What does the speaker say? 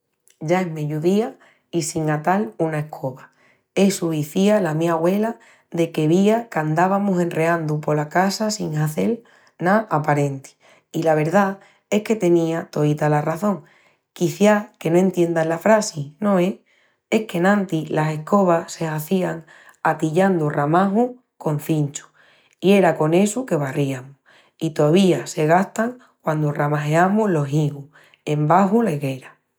Ya es meyudía i sin atal una escoba! Essu izía la mi agüela deque vía qu'andavamus enreandu pola casa sin hazel ná aparenti. I la verdá es que teniá toíta la razón. Quiciás que no entiendas la frassi, no es? Es qu'enantis las escobas se hazían atillandu ramajus con cinchus i era con essu que barriamus. I tovía se gastan quandu ramajeamus los higus embaxu la higuera.